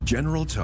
General